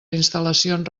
instal·lacions